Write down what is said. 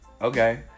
okay